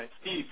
Steve